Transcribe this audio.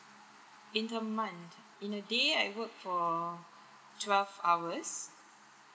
in a month in a day I work for twelve hours